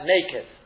Naked